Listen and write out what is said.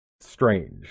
strange